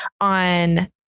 on